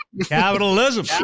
Capitalism